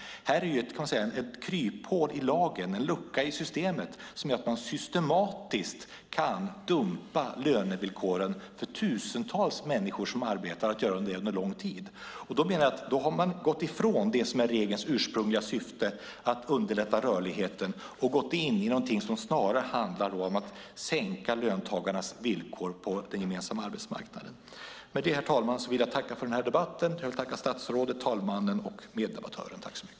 Här är det ju ett kryphål i lagen, en lucka i systemet som gör att man systematiskt kan dumpa lönevillkoren för tusentals människor som arbetar och göra det under lång tid. Då menar jag att man har gått ifrån det som är regelns ursprungliga syfte, att underlätta rörligheten, och gått in i någonting som snarare handlar om att sänka löntagarnas villkor på den gemensamma arbetsmarknaden. Med det, herr talman, vill jag tacka för den här debatten. Jag vill tacka statsrådet, talmannen och meddebattören.